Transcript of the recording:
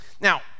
Now